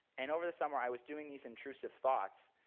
and over the summer, i was doing these intrusive thoughts,